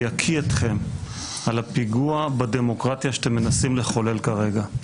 יקיא אתכם על הפיגוע בדמוקרטיה שאתם מנסים לחולל כרגע.